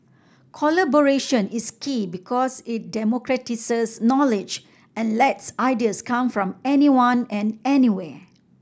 collaboration is key because it democratises knowledge and lets ideas come from anyone and anywhere